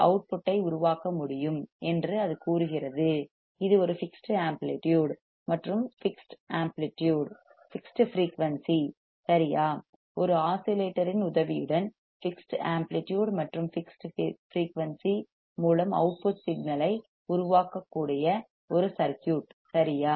ஒரு அவுட்புட் ஐ உருவாக்க முடியும் என்று அது கூறுகிறது இது ஒரு ஃபிக்ஸ்ட் ஆம்ப்ளிடியூட் மற்றும் ஃபிக்ஸ்ட் ஃபிரீயூன்சி ஃபிக்ஸ்ட் ஃபிரீயூன்சி சரியா ஒரு ஆஸிலேட்டரின் உதவியுடன் ஃபிக்ஸ்ட் ஆம்ப்ளிடியூட் மற்றும் ஃபிக்ஸ்ட் ஃபிரீயூன்சி மூலம் அவுட்புட் சிக்னல் ஐ உருவாக்கக்கூடிய ஒரு சர்க்யூட் சரியா